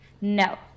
No